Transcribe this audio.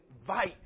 invite